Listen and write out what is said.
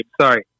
sorry